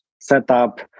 setup